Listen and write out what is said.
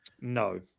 no